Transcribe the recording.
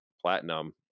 platinum